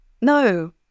no